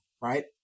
Right